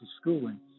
schooling